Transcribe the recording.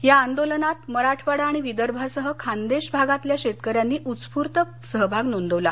या आंदोलनात मराठवाडा आणि विदर्भासह खान्देश भागातल्या शेतकऱ्यांनी उत्स्फूर्त सहभाग नोंदवला